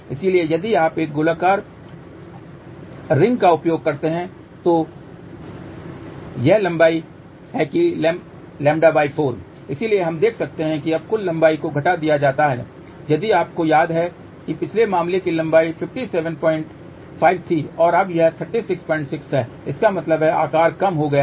इसलिए यदि आप एक गोलाकार अंगूठी का उपयोग करते हैं तो यह है कि लंबाई λ4 है इसलिए हम देख सकते हैं कि अब कुल लंबाई को घटा दिया गया है यदि आपको याद है कि पिछले मामले की लंबाई 575 थी और अब यह 366 है इसका मतलब है आकार कम हो गया है